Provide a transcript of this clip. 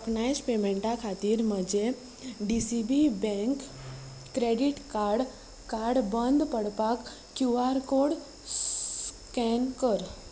tokenised पेमेंटा खातीर म्हजें D C B bank credit card card बंद करपाक क्यू आर कोड स्कॅन कर